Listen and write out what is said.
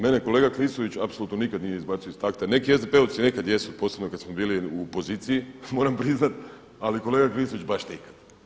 Mene kolega Klisović apsolutno nikada nije izbacio iz takta, neki SDP-ovci neka jesu posebno kada smo bili u poziciji, moram priznati, ali kolega Klisovć baš nikad.